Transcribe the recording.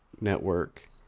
Network